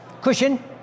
Cushion